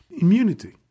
Immunity